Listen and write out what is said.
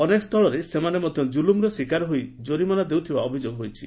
ଅନେକ ସ୍ତୁଳରେ ସେମାନେ ମଧ୍ଧ ଜୁଲମ୍ର ଶିକାର ହୋଇ ଜରିମାନା ଦେଉଥିବା ଅଭିଯୋଗ ହୋଇଛି